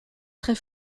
très